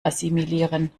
assimilieren